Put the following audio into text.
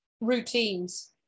routines